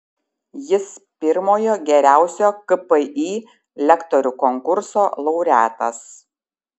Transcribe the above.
jis pirmojo geriausio kpi lektorių konkurso laureatas